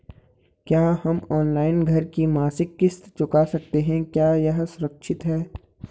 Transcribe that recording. क्या हम ऑनलाइन घर की मासिक किश्त चुका सकते हैं क्या यह सुरक्षित है?